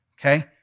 okay